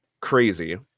crazy